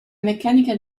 meccanica